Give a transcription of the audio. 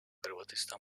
hırvatistan